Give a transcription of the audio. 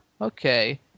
Okay